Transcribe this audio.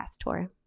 tour